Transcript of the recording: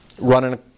running